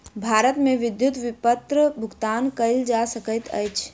भारत मे विद्युत विपत्र भुगतान कयल जा सकैत अछि